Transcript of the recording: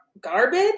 garbage